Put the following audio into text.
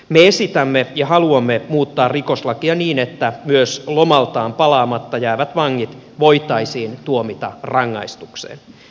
me esitämme ja haluamme muuttaa rikoslakia niin että myös lomaltaan palaamatta jäävät vangit voitaisiin tuomita rangaistukseen